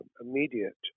immediate